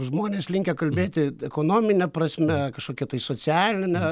žmonės linkę kalbėti ekonomine prasme kažkokia tai socialine